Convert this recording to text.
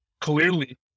clearly